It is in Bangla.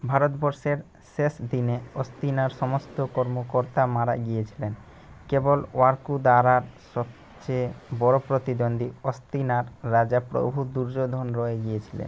ভারতবর্ষের শেষ দিনে অস্তিনার সমস্ত কর্মকর্তা মারা গিয়েছিলেন কেবল ওয়ার্কুদারার সবচেয়ে বড়ো প্রতিদ্বন্দ্বী অস্তিনার রাজা প্রভু দুর্যোধন রয়ে গিয়েছিলেন